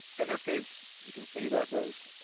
in this case, you can see that those,